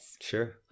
Sure